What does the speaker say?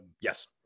yes